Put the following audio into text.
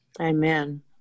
Amen